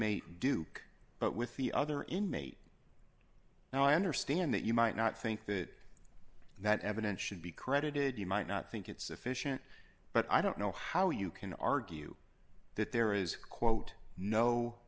inmates duke but with the other inmates now i understand that you might not think that that evidence should be credited you might not think it's sufficient but i don't know how you can argue that there is quote no